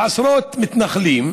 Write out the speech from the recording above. לעשרות מתנחלים,